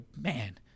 man